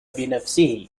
بنفسه